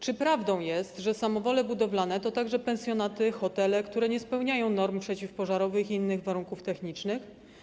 Czy prawdą jest, że samowole budowlane to także pensjonaty, hotele, które nie spełniają norm przeciwpożarowych i innych warunków technicznych?